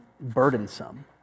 burdensome